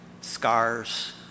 scars